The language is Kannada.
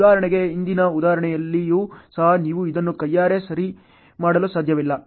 ಉದಾಹರಣೆಗೆ ಹಿಂದಿನ ಉದಾಹರಣೆಯಲ್ಲಿಯೂ ಸಹ ನೀವು ಇದನ್ನು ಕೈಯಾರೆ ಸರಿ ಮಾಡಲು ಸಾಧ್ಯವಿಲ್ಲ